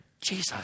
Jesus